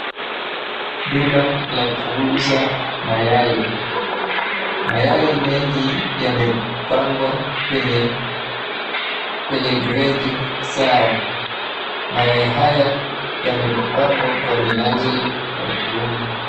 Duka la kuuza mayai. Mayai mengi yamepangwa kwenye gredi zao. Mayai haya yamepangwa kwa minajili ya kuuza.